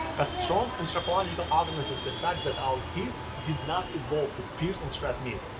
a strong anthropological argument is the fact that our teeth did not evolve to pierce and shred meat,